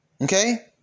Okay